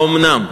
האומנם?